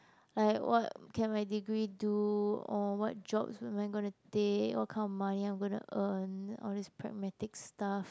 like what can my degree do or what jobs am I gonna take what kind of money I'm gonna earn all this pragmatic stuff